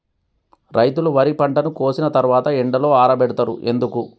రైతులు వరి పంటను కోసిన తర్వాత ఎండలో ఆరబెడుతరు ఎందుకు?